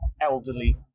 elderly